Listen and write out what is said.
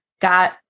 got